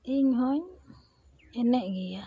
ᱤᱧᱦᱚᱧ ᱮᱱᱮᱡ ᱜᱮᱭᱟ